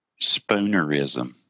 spoonerism